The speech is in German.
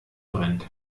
brennt